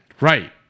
Right